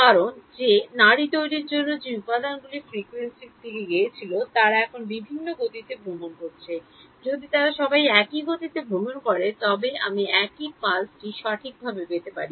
কারণ যে নাড়ি তৈরির জন্য যে উপাদানগুলির ফ্রিকোয়েন্সিগুলি গিয়েছিল তারা এখন বিভিন্ন গতিতে ভ্রমণ করছে যদি তারা সবাই একই গতিতে ভ্রমণ করে তবে আমি একই pulse টি সঠিকভাবে পেতে পারি